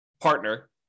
partner